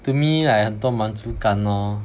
to me like 很多满足感 lor